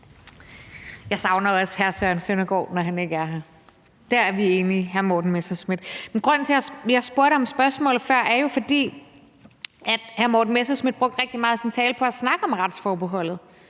Jeg savner også hr. Søren Søndergaard, når han ikke er her. Der er vi enige, hr. Morten Messerschmidt. Men grunden til, at jeg stillede det spørgsmål før, er jo, at hr. Morten Messerschmidt brugte rigtig meget af sin tale på at snakke om retsforbeholdet.